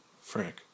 Frank